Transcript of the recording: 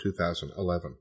2011